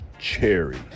cherry